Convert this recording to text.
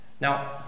Now